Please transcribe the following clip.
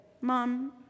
mom